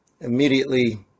immediately